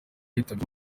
yitabye